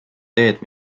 teed